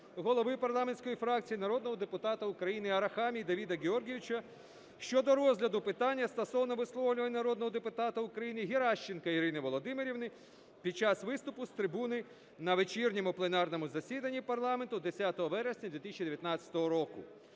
голови парламентської фракції народного депутата України Арахамії Давида Георгійовича щодо розгляду питання стосовно висловлювань народного депутата України Геращенко Ірини Володимирівни під час виступу з трибуни на вечірньому пленарному засіданні парламенту 10 вересня 2019 року.